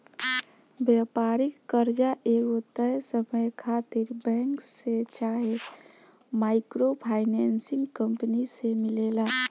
व्यापारिक कर्जा एगो तय समय खातिर बैंक से चाहे माइक्रो फाइनेंसिंग कंपनी से मिलेला